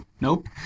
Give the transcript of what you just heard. Nope